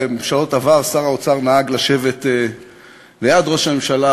בשעות עבר שר האוצר נהג לשבת ליד ראש הממשלה,